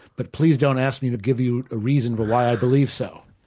but please don't ask me to give you a reason for why i believe so.